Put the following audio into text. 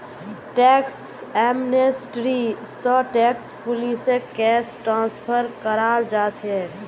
tax amnesty स tax पुलिसक case transfer कराल जा छेक